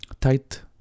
tight